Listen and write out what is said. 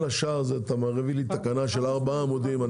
אתה מראה לי תקנה של ארבעה עמודים,